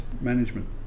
management